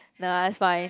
nah it's fine